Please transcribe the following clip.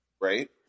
Right